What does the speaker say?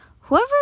whoever